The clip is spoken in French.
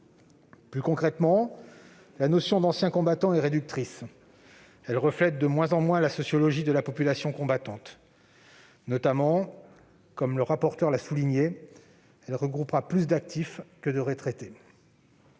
Plus concrètement, la notion d'« anciens combattants » est réductrice ; elle reflète de moins en moins la sociologie de la population combattante. Ainsi, comme le rapporteur l'a souligné, elle regroupera plus davantage d'actifs que de retraités.